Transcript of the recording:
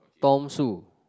Tom Sue